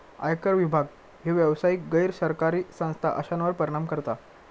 आयकर विभाग ह्यो व्यावसायिक, गैर सरकारी संस्था अश्यांवर परिणाम करता